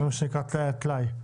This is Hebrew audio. זה מה שנקרא טלאי על טלאי.